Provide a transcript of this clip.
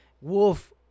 Wolf